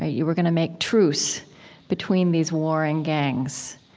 ah you were going to make truce between these warring gangs.